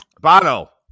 Bono